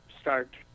start